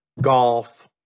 golf